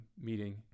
meeting